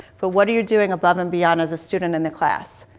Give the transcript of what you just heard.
but what are you doing above and beyond as a student in the class?